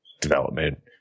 development